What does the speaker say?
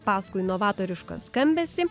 paskui novatorišką skambesį